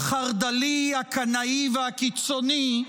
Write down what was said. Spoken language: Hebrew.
החרד"לי, הקנאי והקיצוני,